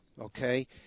okay